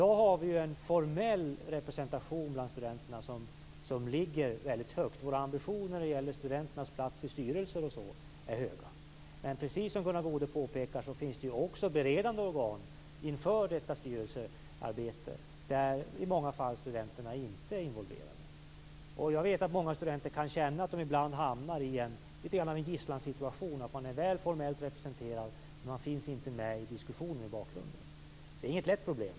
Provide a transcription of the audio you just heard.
I dag ligger den formella representationen bland studenterna väldigt högt. Våra ambitioner när det gäller studenternas plats i styrelser och så är höga. Men precis som Gunnar Goude påpekar finns det också beredande organ inför detta styrelsearbete där i många fall studenterna inte är involverade. Jag vet att många studenter kan känna att de ibland hamnar i lite grann av en gisslansituation. Man är formellt väl representerad men man finns inte med i diskussionen i bakgrunden. Det är inget enkelt problem.